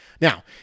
Now